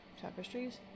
tapestries